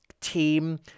team